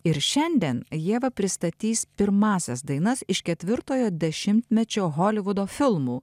ir šiandien ieva pristatys pirmąsias dainas iš ketvirtojo dešimtmečio holivudo filmų